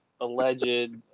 alleged